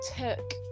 took